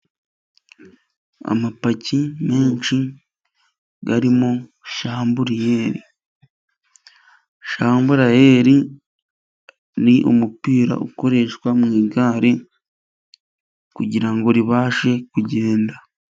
Amapaki menshi arimo shamburayeri. Shamburayeri ni umupira ukoreshwa mu igare, kugirango ribashe kugenda.